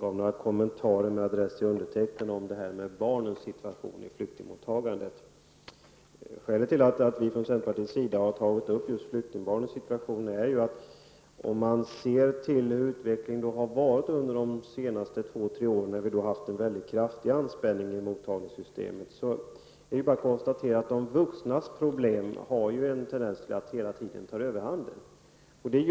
gjorde några kommentarer kring barnens situation vid flyktingmottagandet med adress till mig. Vi i centerpartiet har tagit upp just flyktingbarnens situation. Om man ser på utvecklingen har det under de senaste två--tre åren varit en väldigt kraftig anspänning i mottagningssystemet, och de vuxnas problem tenderar hela tiden att ta överhanden.